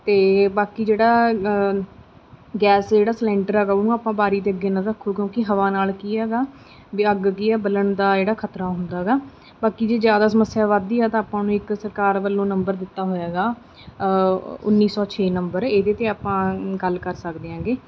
ਅਤੇ ਬਾਕੀ ਜਿਹੜਾ ਗੈਸ ਜਿਹੜਾ ਸਿਲੰਡਰ ਹੈਗਾ ਉਹਨੂੰ ਆਪਾਂ ਬਾਰੀ ਦੇ ਅੱਗੇ ਨਾ ਰੱਖੋ ਕਿਉਂਕਿ ਹਵਾ ਨਾਲ ਕੀ ਹੈਗਾ ਵੀ ਅੱਗ ਕੀ ਹੈ ਬਲਣ ਦਾ ਜਿਹੜਾ ਖ਼ਤਰਾ ਹੁੰਦਾ ਗਾ ਬਾਕੀ ਜੇ ਜ਼ਿਆਦਾ ਸਮੱਸਿਆ ਵੱਧਦੀ ਆ ਤਾਂ ਆਪਾਂ ਨੂੰ ਇੱਕ ਸਰਕਾਰ ਵੱਲੋਂ ਨੰਬਰ ਦਿੱਤਾ ਹੋਇਆ ਗਾ ਉੱਨੀ ਸੌ ਛੇ ਨੰਬਰ ਇਹਦੇ 'ਤੇ ਆਪਾਂ ਗੱਲ ਕਰ ਸਕਦੇ ਹੈਗੇ